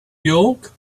york